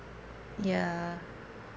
ya